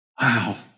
Wow